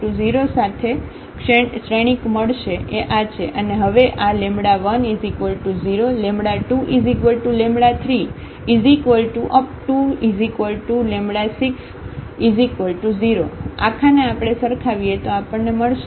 અને હવે આ 10 2360 આખાને આપણે સરખાવીએ તો આપણને મળશે